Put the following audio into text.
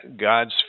God's